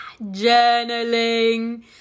journaling